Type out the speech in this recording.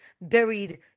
buried